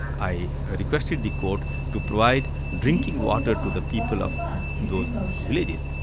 i requested the court to provide drinking water to the people of those villages.